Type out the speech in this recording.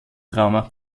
trauma